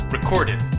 Recorded